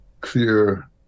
clear